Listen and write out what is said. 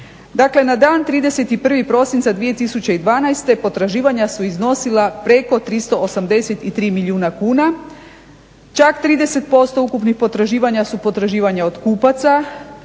Dakle na dan 31.prosinca 2012.potraživanja su iznosila preko 383 milijuna kuna, čak 30% ukupnih potraživanja su potraživanja od kupaca